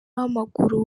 w’amaguru